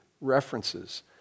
references